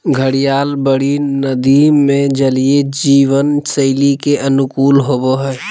घड़ियाल बड़ी नदि में जलीय जीवन शैली के अनुकूल होबो हइ